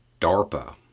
DARPA